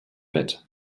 bett